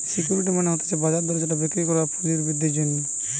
security মানে হতিছে বাজার দরে যেটা বিক্রি করা যায় পুঁজি বৃদ্ধির জন্যে